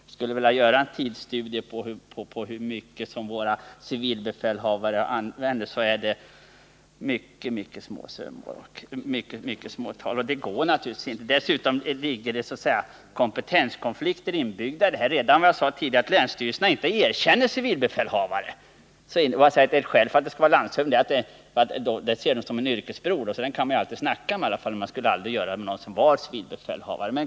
Jag skulle vilja göra en arbetsstudie på hur mycket tid våra civilbefälhavare ägnar åt det uppdraget. Dessutom ligger det så att säga kompetenskonflikter inbyggda i det här. Länsstyrelserna erkänner, som jag sade förut, inga civilbefälhavare med planeringsuppgifter i fred. En civilbefälhavare som samtidigt är landshövding betraktar man på de övriga länsstyrelserna som en yrkesbror, och den kan man ju alltid snacka med.